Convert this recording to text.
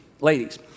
Ladies